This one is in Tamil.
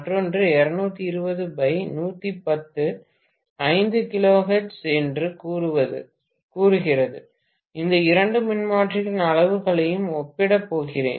மற்றொன்று 220110 5 கிலோஹெர்ட்ஸ் என்று கூறுகிறது இந்த இரண்டு மின்மாற்றிகளின் அளவுகளையும் ஒப்பிடப் போகிறேன்